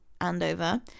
Andover